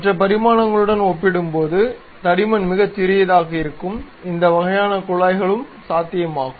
மற்ற பரிமாணங்களுடன் ஒப்பிடும்போது தடிமன் மிகச் சிறியதாக இருக்கும் இந்த வகையான குழாய்களும் சாத்தியமாகும்